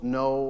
no